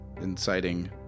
inciting